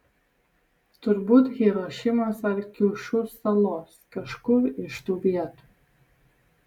turbūt hirošimos ar kiušiu salos kažkur iš tų vietų